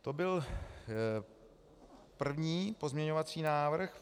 To byl první pozměňovací návrh.